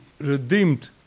redeemed